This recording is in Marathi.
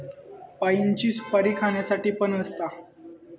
पाइनची सुपारी खाण्यासाठी पण असता